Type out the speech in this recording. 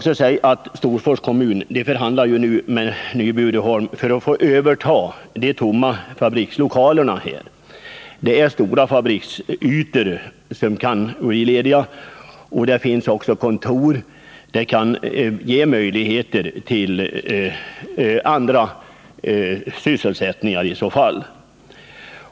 Storfors kommun förhandlar med Nyby-Uddeholm för att få överta de tomma fabrikslokalerna. Det är stora fabriksytor som kan bli lediga, och där finns också kontorslokaler, som tillsammans kan ge möjligheter till annan sysselsättning.